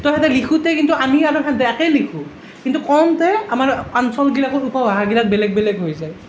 তো সেইটো লিখোতে কিন্তু আমি একেই লিখো কিন্তু কওঁতে আমাৰ অঞ্চলগিলাকৰ উপভাষাগিলাক বেলেগ বেলেগ হৈ যায়